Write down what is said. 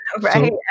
Right